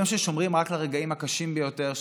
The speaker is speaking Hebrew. דברים ששומרים רק לרגעים הקשים ביותר,